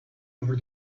over